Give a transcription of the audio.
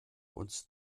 uns